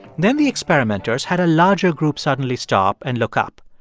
then the experimenters had a larger group suddenly stop and look up.